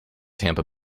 tampa